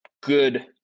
good